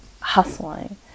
hustling